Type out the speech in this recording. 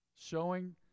Showing